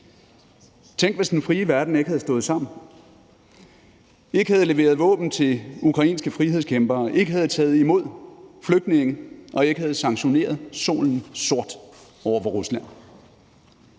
Tænk, hvis den frie verden ikke havde stået sammen, ikke havde leveret våben til ukrainske frihedskæmpere, ikke havde taget imod flygtninge og ikke havde sanktioneret solen sort over for